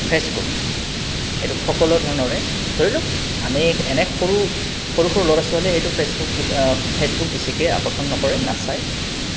Facebook এইটো সকলো ধৰণৰে ধৰি লওক আমি এনে সৰু সৰু সৰু ল'ৰা ছোৱালীয়ে সেইটো ফে'চবুক ফে'চবুক বেছিকৈ আকৰ্ষণ নকৰে নাচায়